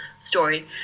story